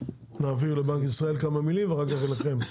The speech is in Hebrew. נעביר לבנק ישראל כמה מילים ואחר כך אליכם.